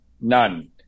none